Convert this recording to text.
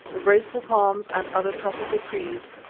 the graceful palms and other tropical trees,